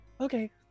Okay